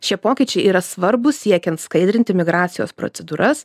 šie pokyčiai yra svarbūs siekiant skaidrinti migracijos procedūras